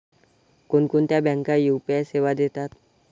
कोणकोणत्या बँका यू.पी.आय सेवा देतात?